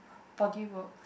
body work